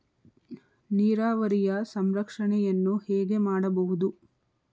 ನೀರಾವರಿಯ ಸಂರಕ್ಷಣೆಯನ್ನು ಹೇಗೆ ಮಾಡಬಹುದು?